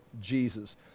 jesus